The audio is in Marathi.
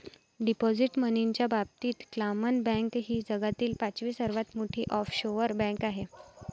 डिपॉझिट मनीच्या बाबतीत क्लामन बँक ही जगातील पाचवी सर्वात मोठी ऑफशोअर बँक आहे